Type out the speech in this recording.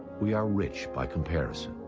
we are rich by comparison.